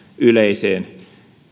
yleiseen